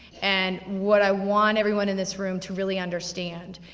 and what i want everyone in this room to really understand,